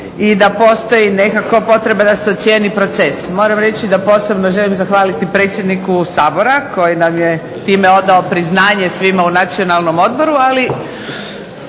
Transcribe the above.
i da postoji potreba da se ocijeni proces. Moram reći da posebno želim zahvaliti predsjedniku Sabora koji nam je time odao priznanje svima u Nacionalnom odboru, što